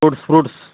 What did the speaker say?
fruits fruits